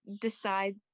decide